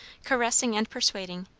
caressing and persuading,